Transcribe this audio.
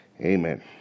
amen